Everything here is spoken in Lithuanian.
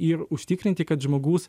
ir užtikrinti kad žmogus